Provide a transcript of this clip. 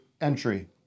entry